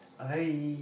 a very